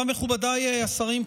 מכובדיי השרים,